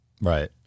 Right